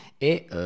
Et